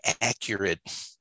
accurate